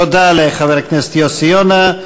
תודה לחבר הכנסת יוסי יונה.